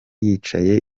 yicaye